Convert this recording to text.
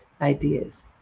ideas